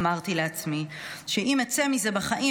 אמרתי לעצמי שאם אצא מזה בחיים,